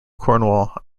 cornwall